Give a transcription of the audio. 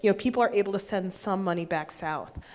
you know people are able to send some money back south.